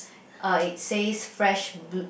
uh it says fresh